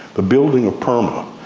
the building of perma,